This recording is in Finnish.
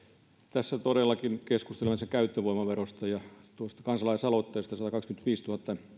tässä todellakin keskustelemme käyttövoimaverosta ja tuosta kansalaisaloitteesta satakaksikymmentäviisituhatta